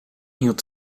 hield